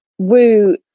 Woo